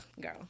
girl